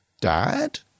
dad